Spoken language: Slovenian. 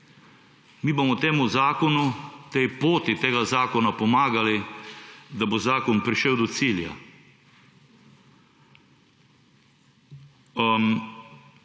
Mi bomo temu zakonu, tej poti tega zakona pomagali, da bo zakon prišel do cilja.